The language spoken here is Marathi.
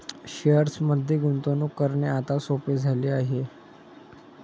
शेअर्समध्ये गुंतवणूक करणे आता सोपे झाले आहे